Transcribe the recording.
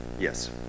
Yes